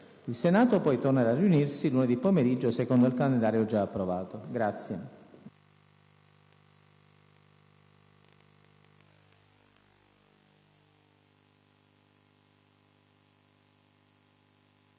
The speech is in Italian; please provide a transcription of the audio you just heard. Il Senato poi tornerà a riunirsi lunedì pomeriggio, secondo il calendario già approvato.